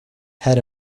had